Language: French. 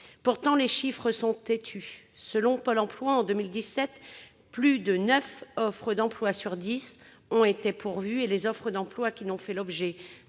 Pourtant les chiffres sont têtus. Selon Pôle emploi, en 2017, plus de neuf offres d'emploi sur dix ont été pourvues et les offres d'emploi qui n'ont fait l'objet